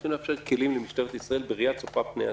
צריך לתת כלים למשטרת ישראל בראייה צופת פני עתיד.